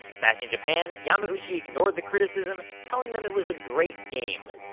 back in japan, yamauchi ignored the criticism, telling them it was a great game.